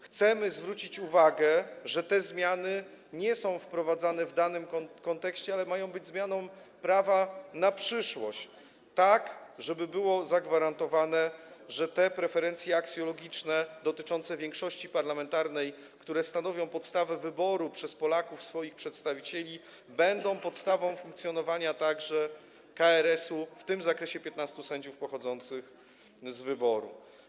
Chcemy zwrócić uwagę, że te zmiany nie są wprowadzane w danym kontekście, ale mają być zmianą prawa na przyszłość, tak aby było zagwarantowane, że te preferencje aksjologiczne dotyczące większości parlamentarnej, które stanowią podstawę wyboru przez Polaków swoich przedstawicieli, będą podstawą funkcjonowania także KRS-u, w tym w zakresie 15 sędziów pochodzących z wyboru.